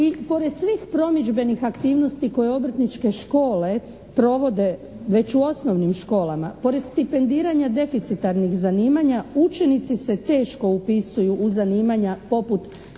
I pored svih promidžbenih aktivnosti koje obrtničke škole provode već u osnovnim školama, pored stipendiranja deficitarnih zanimanja učenici se teško upisuju u zanimanja poput